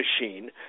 machine